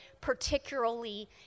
particularly